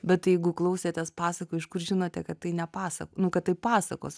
bet tai jeigu klausėtės pasakų iš kur žinote kad tai ne pasak nu kad tai pasakos